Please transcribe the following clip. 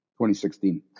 2016